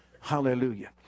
Hallelujah